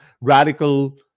radical